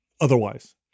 otherwise